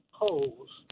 holes